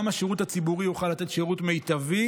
גם השירות הציבורי יוכל לתת שירות מיטבי